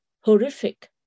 horrific